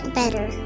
better